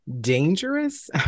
dangerous